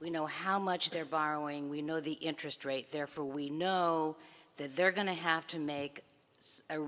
we know how much they're borrowing we know the interest rate there for we know that they're going to have to make a